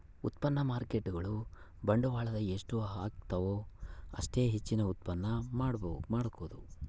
ಉತ್ಪನ್ನ ಮಾರ್ಕೇಟ್ಗುಳು ಬಂಡವಾಳದ ಎಷ್ಟು ಹಾಕ್ತಿವು ಅಷ್ಟೇ ಹೆಚ್ಚಿನ ಉತ್ಪನ್ನ ಮಾಡಬೊದು